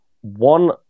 one